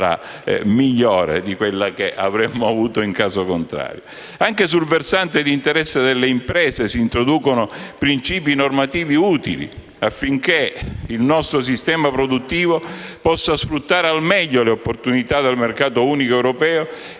Anche sul versante di interesse delle imprese si introducono principi normativi utili, affinché il nostro sistema produttivo possa sfruttare al meglio le opportunità del mercato unico europeo,